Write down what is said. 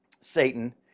Satan